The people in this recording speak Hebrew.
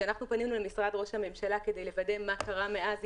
כשאנחנו פנינו למשרד ראש הממשלה כדי לוודא מה קרה אתה מאז